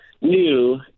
new